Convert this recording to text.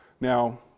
Now